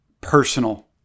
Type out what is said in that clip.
personal